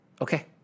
okay